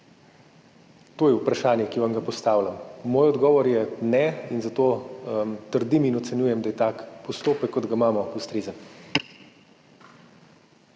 To je vprašanje, ki vam ga postavljam. Moj odgovor je ne, in zato trdim in ocenjujem, da je tak postopek, kot ga imamo, ustrezen.